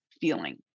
feeling